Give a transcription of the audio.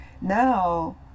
Now